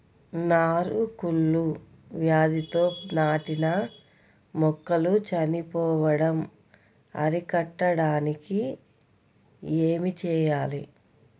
నారు కుళ్ళు వ్యాధితో నాటిన మొక్కలు చనిపోవడం అరికట్టడానికి ఏమి చేయాలి?